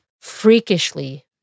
freakishly